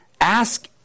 ask